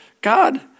God